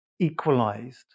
Equalized